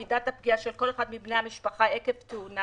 מידת הפגיעה של כל אחד מבני המשפחה עקב תאונה,